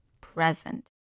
present